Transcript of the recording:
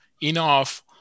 enough